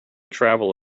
travel